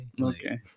Okay